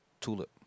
Tulip